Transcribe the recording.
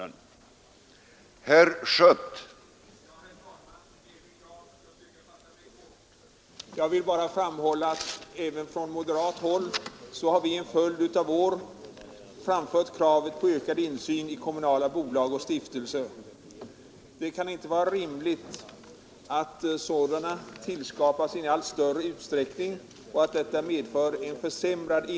Insyn i kommunala